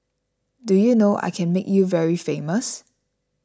do you know I can make you very famous